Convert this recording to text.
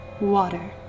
water